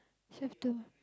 softer